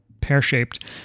pear-shaped